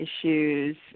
issues